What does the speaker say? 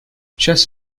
chess